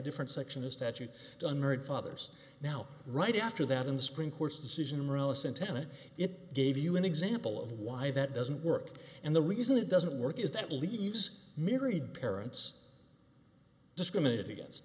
different section of statute to unmarried fathers now right after that in the spring course decision tenet it gave you an example of why that doesn't work and the reason it doesn't work is that leaves married parents discriminated against